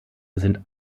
sind